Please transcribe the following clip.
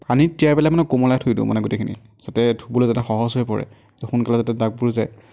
পানীত তিয়াই পেলাই মানে কোমলাই থৈ দিওঁ মানে গোটেইখিনি যাতে ধুবলৈ যাতে সহজ হৈ পৰে সোনকালে যাতে দাগবোৰ যায়